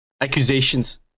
Accusations